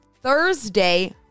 Thursday